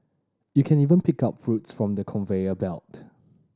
you can even pick up fruits from the conveyor belt